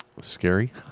scary